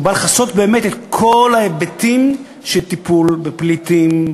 הוא בא לכסות את כל ההיבטים של הטיפול בפליטים,